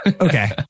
Okay